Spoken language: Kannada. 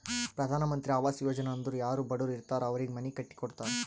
ಪ್ರಧಾನ್ ಮಂತ್ರಿ ಆವಾಸ್ ಯೋಜನಾ ಅಂದುರ್ ಯಾರೂ ಬಡುರ್ ಇರ್ತಾರ್ ಅವ್ರಿಗ ಮನಿ ಕಟ್ಟಿ ಕೊಡ್ತಾರ್